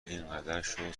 اینقدرشو